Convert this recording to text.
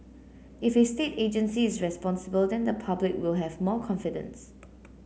if a state agency is responsible then the public will have more confidence